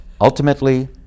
Ultimately